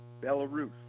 Belarus